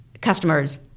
customers